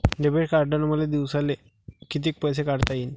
Debit कार्डनं मले दिवसाले कितीक पैसे काढता येईन?